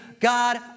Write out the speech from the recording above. God